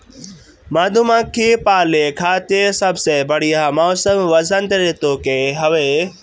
मधुमक्खी पाले खातिर सबसे बढ़िया मौसम वसंत ऋतू के हवे